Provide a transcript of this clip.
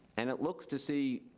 and it looks to see,